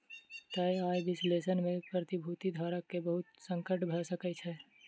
तय आय विश्लेषण में प्रतिभूति धारक के बहुत संकट भ सकै छै